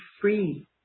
free